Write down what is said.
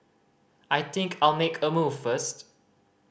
I think I'll make a move first